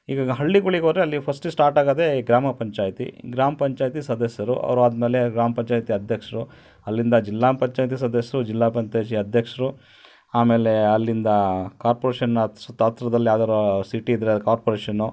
ಈಗೀಗ ಹಳ್ಳಿಗಳಿಗೆ ಹೋದರೆ ಅಲ್ಲಿ ಫಸ್ಟ್ ಸ್ಟಾರ್ಟಾಗೋದೆ ಗ್ರಾಮ ಪಂಚಾಯ್ತಿ ಗ್ರಾಮ ಪಂಚಾಯಿತಿ ಸದಸ್ಯರು ಅವ್ರಾದ ಮೇಲೆ ಗ್ರಾಮ ಪಂಚಾಯಿತಿ ಅಧ್ಯಕ್ಷರು ಅಲ್ಲಿಂದ ಜಿಲ್ಲಾ ಪಂಚಾಯಿತಿ ಸದಸ್ಯರು ಜಿಲ್ಲಾ ಪಂಚಾಯ್ತಿ ಅಧ್ಯಕ್ಷರು ಆಮೇಲೆ ಅಲ್ಲಿಂದ ಕಾರ್ಪ್ರೋಷನ್ನ ಸುತ್ತ ಹತ್ರದಲ್ಲ್ ಯಾವ್ದಾರು ಸಿಟಿ ಇದ್ದರೆ ಅದು ಕಾರ್ಪ್ರೋಷನ್ನು